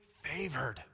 favored